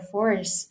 Force